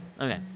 okay